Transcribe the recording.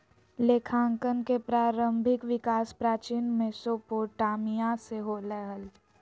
लेखांकन के प्रारंभिक विकास प्राचीन मेसोपोटामिया से होलय हल